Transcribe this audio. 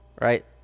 Right